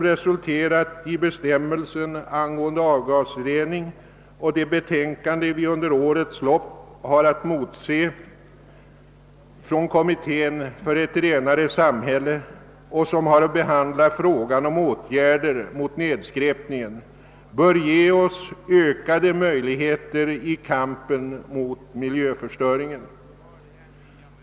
resulterat i bestämmelsen angående avgasrening och det betänkande vi under året har att emotse från kommittén för ett renare samhälle, som har att behandla frågan om åtgärder mot nedskräpningen, bör ge ökade möjligheter i kampen mot miljöförstöringen.